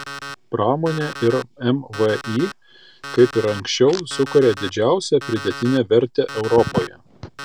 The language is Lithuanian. pramonė ir mvį kaip ir anksčiau sukuria didžiausią pridėtinę vertę europoje